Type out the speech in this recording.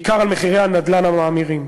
בעיקר על מחירי הנדל"ן המאמירים.